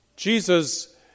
Jesus